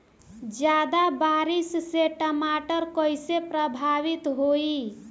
ज्यादा बारिस से टमाटर कइसे प्रभावित होयी?